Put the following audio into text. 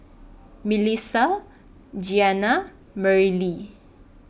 Milissa Giana and Merrilee